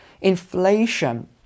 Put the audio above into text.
inflation